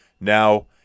Now